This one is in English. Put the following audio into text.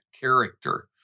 character